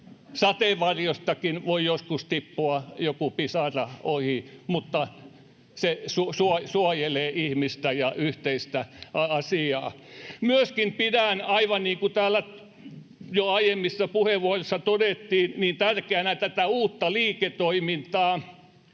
Sateenvarjostakin voi joskus tippua joku pisara ohi, mutta se suojelee ihmistä ja yhteistä asiaa. Myöskin pidän, aivan niin kuin täällä jo aiemmissa puheenvuoroissa todettiin, tärkeänä tätä uutta liiketoimintaa.